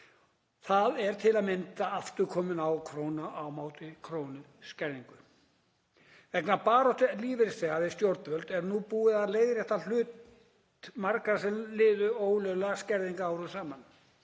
Þar er til að mynda aftur komið á krónu á móti krónu skerðingu. Vegna baráttu lífeyrisþega við stjórnvöld er nú búið að leiðrétta hlut margra sem liðu ólöglegar skerðingar árum saman.